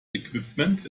equipment